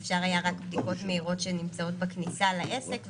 אפשר היה רק בדיקות מהירות שנמצאות בכניסה לעסק,